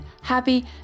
happy